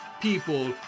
people